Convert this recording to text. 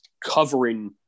covering